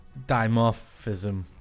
dimorphism